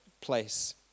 place